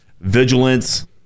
Vigilance